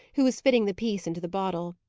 who was fitting the piece into the bottle.